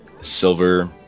silver